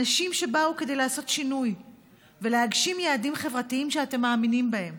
אנשים שבאו כדי לעשות שינוי ולהגשים יעדים חברתיים שאתם מאמינים בהם.